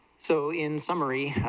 so in summary,